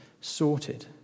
sorted